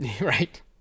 Right